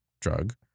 drug